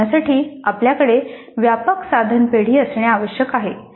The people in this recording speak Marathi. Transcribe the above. हे होण्यासाठी आपल्याकडे व्यापक साधन पेढी असणे आवश्यक आहे